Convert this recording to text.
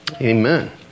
Amen